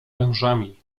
wężami